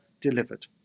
delivered